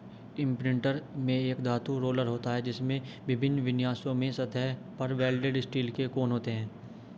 imprinter में एक धातु रोलर होता है, जिसमें विभिन्न विन्यासों में सतह पर वेल्डेड स्टील के कोण होते हैं